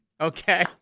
Okay